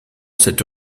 cette